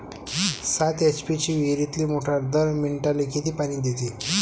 सात एच.पी ची विहिरीतली मोटार दर मिनटाले किती पानी देते?